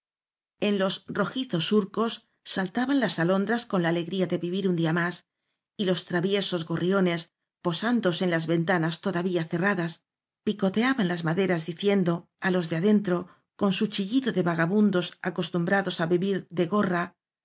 en los rojizos surcos saltaban las alondras con la alegría de vivir un día más y los traviesos gorriones posándose en las ven tanas todavía cerradas picoteaban las maderas diciendo á los de adentro con su chillido de vagabundos acostumbrados o á vivir de gorra o